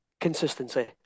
consistency